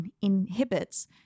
inhibits